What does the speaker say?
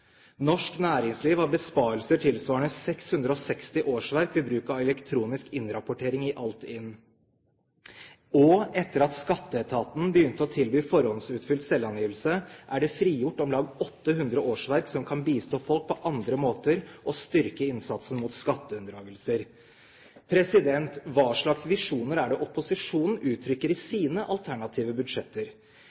Norsk næringsliv har besparelser tilsvarende 660 årsverk ved bruk av elektronisk innrapportering i Altinn. Og etter at Skatteetaten begynte å tilby forhåndsutfylt selvangivelse, er det frigjort om lag 800 årsverk som kan bistå folk på andre måter, og styrke innsatsen mot skatteunndragelser. Hva slags visjoner er det opposisjonen uttrykker i sine alternative budsjetter?